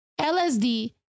LSD